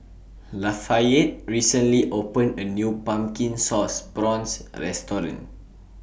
Lafayette recently opened A New Pumpkin Sauce Prawns Restaurant